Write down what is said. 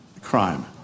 crime